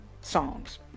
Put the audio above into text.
songs